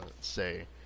say